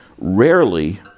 Rarely